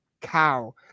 cow